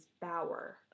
Bower